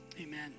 Amen